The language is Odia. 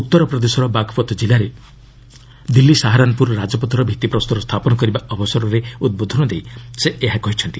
ଉତ୍ତରପ୍ରଦେଶର ବାଘପତ୍ କିଲ୍ଲାରେ ଦିଲ୍ଲୀ ସାହାରାନପୁର ରାଜପଥର ଭିତ୍ତିପ୍ରସ୍ତର ସ୍ଥାପନ କରିବା ଅବସରରେ ଉଦ୍ବୋଧନ ଦେଇ ସେ ଏହା କହିଛନ୍ତି